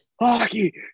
hockey